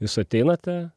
jūs ateinate